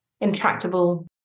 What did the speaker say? intractable